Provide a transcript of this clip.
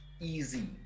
easy